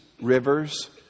rivers